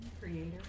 Creator